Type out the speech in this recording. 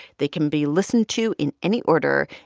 they can be listened to in any order,